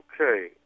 Okay